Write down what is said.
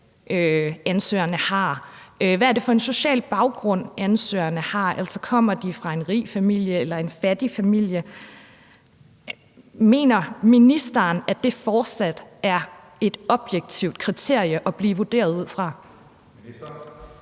ansøgerne har, og hvad det er for en social baggrund, ansøgerne har, altså om de kommer fra en rig familie eller en fattig familie, mener ministeren så, at det fortsat er et objektivt kriterie at blive vurderet ud fra?